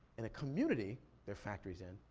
and the community their factory's in,